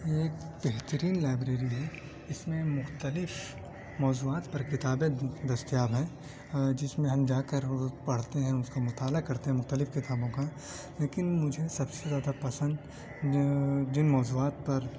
یہ ایک بہترین لائبریری ہے اس میں مختلف موضوعات پر کتابیں دستیاب ہیں جس میں ہم جا کر پڑھتے ہیں اس کا مطالعہ کرتے ہیں مختلف کتابوں کا لیکن مجھے سب سے زیادہ پسند جو جن موضوعات پر